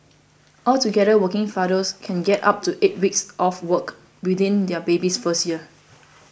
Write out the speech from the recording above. altogether working fathers can get up to eight weeks off work within their baby's first year